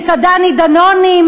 הדני-דנונים,